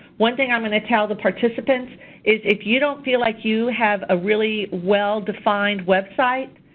one thing i'm going to tell the participants is if you don't feel like you have a really well-defined web site,